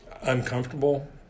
uncomfortable